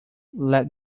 let